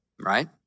right